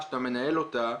שאתה מנהל אותה.